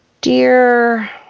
Dear